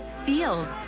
Fields